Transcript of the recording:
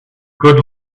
good